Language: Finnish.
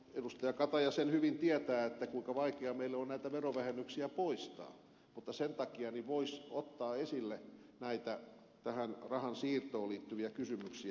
kataja sen hyvin tietää kuinka vaikea meillä on näitä verovähennyksiä poistaa mutta sen takia voisi ottaa esille näitä rahansiirtoon liittyviä kysymyksiä